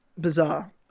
bizarre